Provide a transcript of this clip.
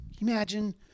Imagine